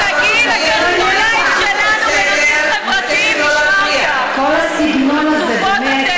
זה לא עניין אותם.